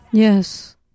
Yes